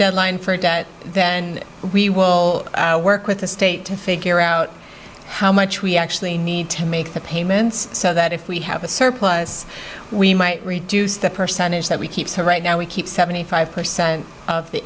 deadline for a debt then we will work with the state to figure out how much we actually need to make the payments so that if we have a surplus we might reduce the percentage that we keep so right now we keep seventy five percent of the